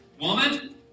Woman